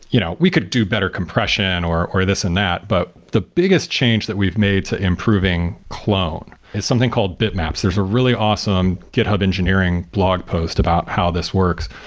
you know we could do better compression or or this and that, but the biggest change that we've made to improving clone is something called bitmaps. there's a really awesome github engineering blog post about how this works.